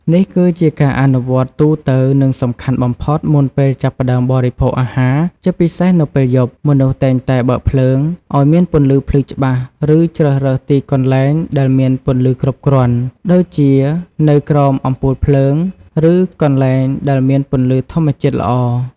នេះគឺជាការអនុវត្តទូទៅ និងសំខាន់បំផុតមុនពេលចាប់ផ្តើមបរិភោគអាហារ ជាពិសេសនៅពេលយប់ មនុស្សតែងតែ បើកភ្លើង ឲ្យមានពន្លឺភ្លឺច្បាស់ ឬ ជ្រើសរើសទីកន្លែងដែលមានពន្លឺគ្រប់គ្រាន់ ដូចជានៅក្រោមអំពូលភ្លើង ឬកន្លែងដែលមានពន្លឺធម្មជាតិល្អ ។